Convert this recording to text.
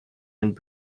and